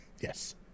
Yes